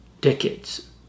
decades